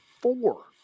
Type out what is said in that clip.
Four